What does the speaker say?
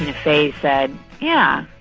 fey said, yeah,